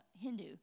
Hindu